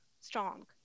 strong